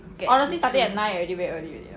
honestly starting at nine already very early already lah